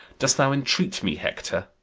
dost thou entreat me, hector?